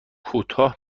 کوتاه